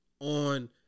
on